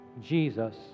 Jesus